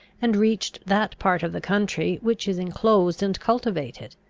and reached that part of the country which is inclosed and cultivated.